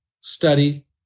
study